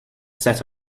set